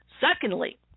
Secondly